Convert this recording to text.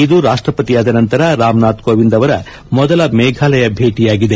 ಇದು ರಾಷ್ಟಪತಿಯಾದ ನಂತರ ರಾಮ್ನಾಥ್ ಕೋವಿಂದ್ ಅವರ ಮೊದಲ ಮೇಫಾಲಯ ಭೇಟಿಯಾಗಿದೆ